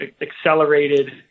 accelerated